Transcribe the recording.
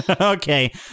Okay